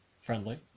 friendly